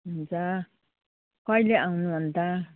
हुन्छ कहिले आउनु अन्त